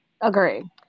Agree